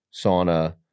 sauna